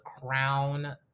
Crown